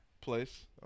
place